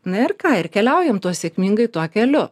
na ir ką ir keliaujam tuo sėkmingai tuo keliu